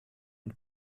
und